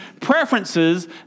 preferences